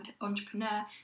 entrepreneur